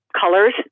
colors